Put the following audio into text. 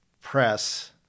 press